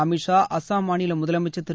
அமித் ஷா அசாம் மாநில முதலமைச்சர் திரு